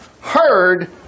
heard